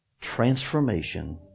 transformation